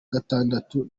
gatandatu